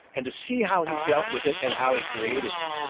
and to see how he dealt with it and how he created it,